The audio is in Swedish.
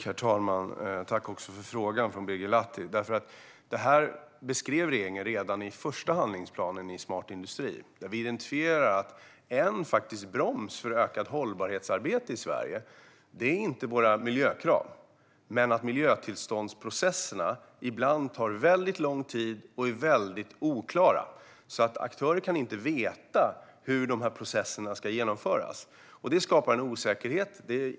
Herr talman! Tack för frågan, Birger Lahti! Detta beskrev regeringen redan i den första handlingsplanen, Smart industri . Vi identifierade att en faktisk broms för ökat hållbarhetsarbete i Sverige inte är våra miljökrav utan det faktum att miljötillståndsprocesserna ibland tar väldigt lång tid och är väldigt oklara. Aktörer kan då inte veta hur processerna ska genomföras. Det skapar en osäkerhet.